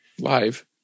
live